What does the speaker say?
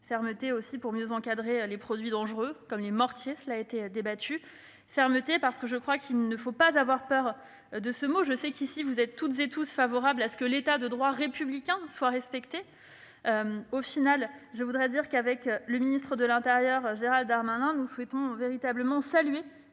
Fermeté aussi pour mieux encadrer les produits dangereux, comme les mortiers : cela a été débattu. Fermeté, parce que je crois qu'il ne faut pas avoir peur de ce mot. Je sais que vous êtes toutes et tous ici favorables à ce que l'État de droit républicain soit respecté. Au final, avec le ministre de l'intérieur, Gérald Darmanin, nous souhaitons véritablement saluer